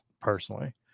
personally